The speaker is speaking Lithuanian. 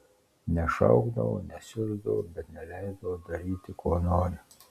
nešaukdavo nesiusdavo bet neleisdavo daryti ko nori